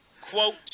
Quote